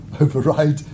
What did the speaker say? override